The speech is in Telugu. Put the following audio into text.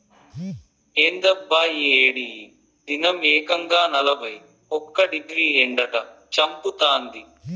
ఏందబ్బా ఈ ఏడి ఈ దినం ఏకంగా నలభై ఒక్క డిగ్రీ ఎండట చంపతాంది